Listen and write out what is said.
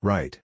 Right